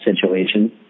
situation